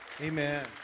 Amen